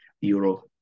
Euro